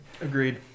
Agreed